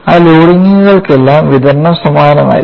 ആ ലോഡിംഗുകൾക്കെല്ലാം വിതരണം സമാനമായിരിക്കും